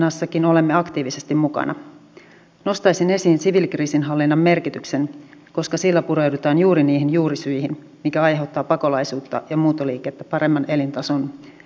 nyt kuitenkin on niin että ne työpaikat mitä tämä hallitus yrittää saada takaisin hyvin suurelta osin hävisivät sosialidemokraattisen työministerin kauden aikana